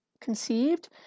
conceived